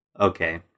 Okay